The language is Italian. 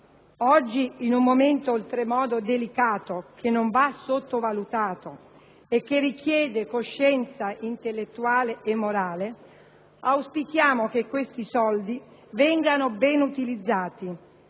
Oggi, in un momento oltremodo delicato, che non va sottovalutato e che richiede coscienza intellettuale e morale, auspichiamo che questi soldi vengano ben utilizzati,